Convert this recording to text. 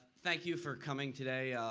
thank you for coming today.